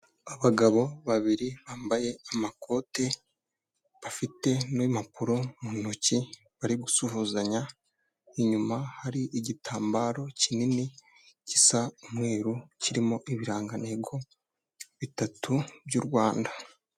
Abagabo babiri bambaye amakoti, bafite n'impapuro mu ntoki, bari gusuhuzanya, inyuma hari igitambaro kinini gisa umweru, kirimo ibirangantego bitatu by'u Rwanda.